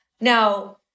Now